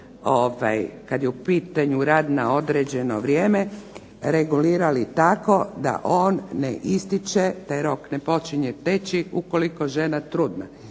kada je u pitanju rad na određeno vrijeme, regulirali tako da on ne ističe, taj rok ne počinje teći ukoliko žena trudna.